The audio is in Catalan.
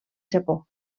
japó